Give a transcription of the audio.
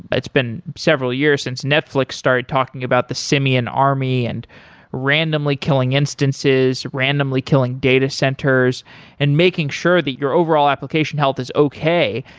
but it's been several years since netflix started talking about the simian army and randomly killing instances, randomly killing data centers and making sure that your overall application health is okay,